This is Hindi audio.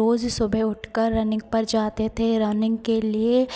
रोज़ सुबह उठकर रनिंग पर जाते थे रनिंग के लिए